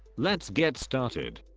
let's get started.